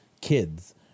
kids